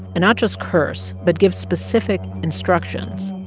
and not just curse, but give specific instructions.